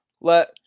let